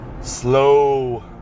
slow